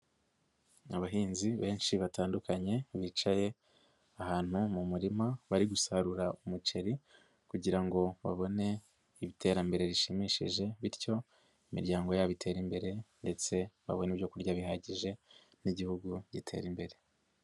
Abahinzi benshi batandukanye, bicaye ahantu mu murima, bari gusarura umuceri kugira ngo babone iterambere rishimishije bityo imiryango yabo itere imbere ndetse babone ibyoku kurya bihagije n'Igihugu gitere imbere.